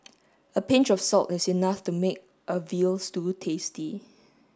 a pinch of salt is enough to make a veal stew tasty